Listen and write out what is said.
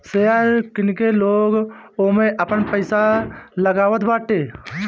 share किन के लोग ओमे आपन पईसा लगावताटे